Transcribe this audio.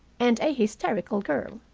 and a hysterical girl.